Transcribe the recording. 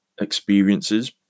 experiences